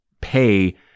pay